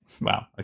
Wow